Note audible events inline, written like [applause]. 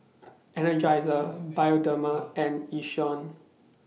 [noise] Energizer Bioderma and Yishion